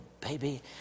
baby